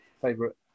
favorite